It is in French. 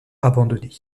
abandonner